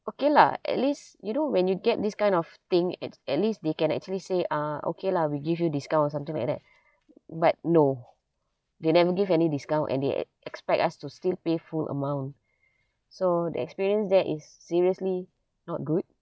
okay lah at least you know when you get this kind of thing at at least they can actually say uh okay lah we give you discount or something like that but no they never give any discount and they expect us to still pay full amount so the experience there is seriously not good